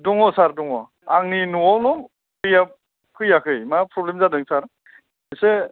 दङ सार दङ आंनि नआवल' दैया फैयाखै मा प्रब्लेम जादों सार एसे